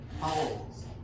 Holes